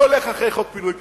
אני הולך אחרי חוק פינוי-פיצוי.